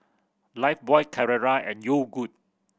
Lifebuoy Carrera and Yogood